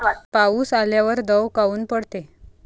पाऊस आल्यावर दव काऊन पडते?